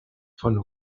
von